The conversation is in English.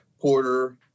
Porter